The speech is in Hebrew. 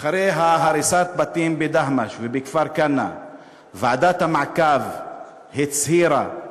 אחרי הריסת הבתים בדהמש ובכפר-כנא ועדת המעקב הצהירה,